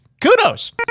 kudos